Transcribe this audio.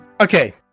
Okay